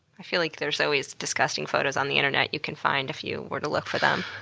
i feel like there's always disgusting photos on the internet you can find if you were to look for them.